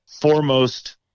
foremost